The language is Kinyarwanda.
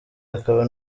akaba